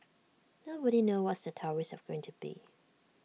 nobody knows what the tariffs are going to be